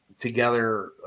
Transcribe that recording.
together